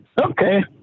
Okay